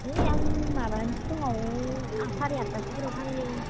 ओइ आं माबानि फुङाव आं साराय आठथासोफोराव फायो